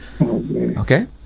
Okay